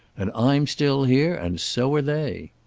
and i'm still here and so are they.